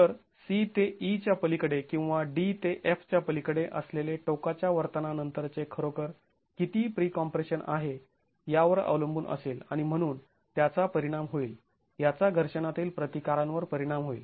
तर c ते e च्या पलीकडे किंवा d ते f च्या पलीकडे असलेले टोकाच्या वर्तना नंतरचे खरोखर किती प्रीकॉम्प्रेशन आहे यावर अवलंबून असेल आणि म्हणून त्याचा परिणाम होईल याचा घर्षणातील प्रतिकारांवर परिणाम होईल